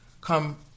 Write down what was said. come